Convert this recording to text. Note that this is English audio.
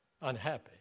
unhappy